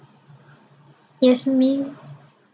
yes me~